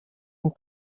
and